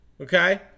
Okay